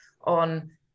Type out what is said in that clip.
on